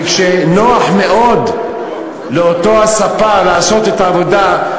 וכשנוח מאוד לאותו הספר לעשות את העבודה,